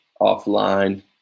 offline